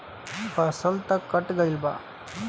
फसल तऽ कट गइल बा